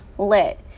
lit